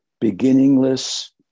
beginningless